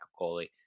goalie